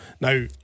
Now